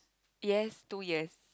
yes two years